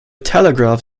telegraph